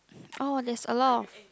oh there's a lot of